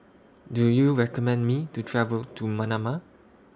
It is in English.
Do YOU recommend Me to travel to Manama